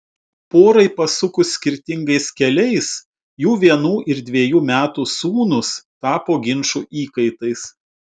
porai pasukus skirtingais keliais jų vienų ir dvejų metų sūnūs tapo ginčų įkaitais